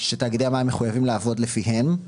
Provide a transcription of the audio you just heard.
שתאגידי המים מחויבים לעבוד לפיהם,